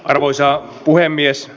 arvoisa puhemies